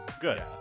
Good